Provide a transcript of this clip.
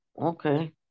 okay